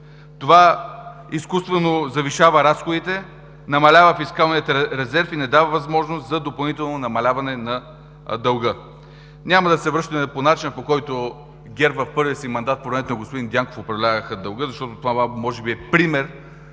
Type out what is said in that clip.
Това изкуствено завишава разходите, намалява фискалния резерв и не дава възможност за допълнително намаляване на дълга. Няма да се връщаме по начина, по който ГЕРБ в първия си мандат по времето на господин Дянков управляваха дълга, защото това може би е пример